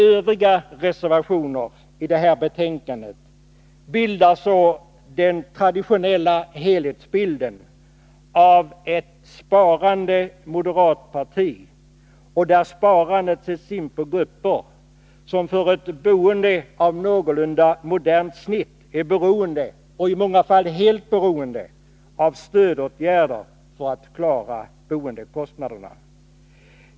Övriga reservationer i detta betänkande ger så den traditionella helhetsbilden av ett sparande moderatparti, där sparandet sätts in på grupper, som för ett boende av någorlunda modernt snitt är beroende — i många fall helt beroende — av stödåtgärder för att kunna klara boendekostnaderna.